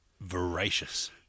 voracious